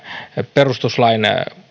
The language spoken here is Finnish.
perustuslain